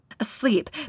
Asleep